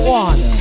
one